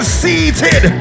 seated